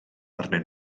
arnyn